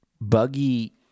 buggy